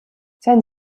sein